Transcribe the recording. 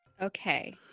Okay